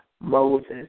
Moses